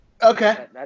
okay